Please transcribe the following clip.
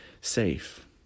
safe